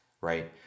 right